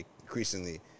increasingly